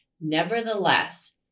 Nevertheless